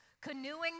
Canoeing